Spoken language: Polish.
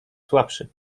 słabszy